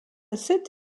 cette